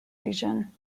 region